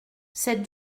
cette